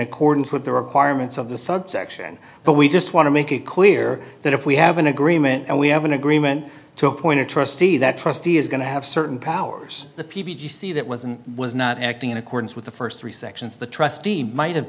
accordance with the requirements of the subsection but we just want to make it clear that if we have an agreement and we have an agreement to appoint a trustee that trustee is going to have certain powers the pvc that was and was not acting in accordance with the st three sections of the trustee might have